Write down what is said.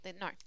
no